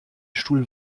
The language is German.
stuhl